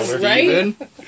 right